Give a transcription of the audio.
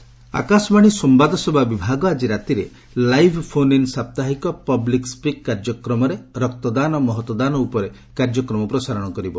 ମଷ୍ଟ announcement Akashvani ସମ୍ଘାଦ ସେବା ବିଭାଗ ଆଜି ରାତିରେ ଲାଇଭ୍ ଫୋନ୍ ଇନ୍ ସାପ୍ତାହିକ ପବ୍ଲିକ୍ ସ୍ୱିକ୍ କାର୍ଯ୍ୟକ୍ରମରେ 'ରକ୍ତଦାନ ମହତଦାନ' ଉପରେ କାର୍ଯ୍ୟକ୍ରମ ପ୍ରସାରଣ କରିବ